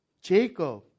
Jacob